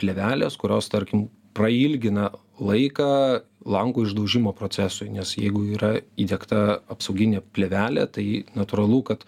plėvelės kurios tarkim prailgina laiką lango išdaužimo procesui nes jeigu yra įdiegta apsauginė plėvelė tai natūralu kad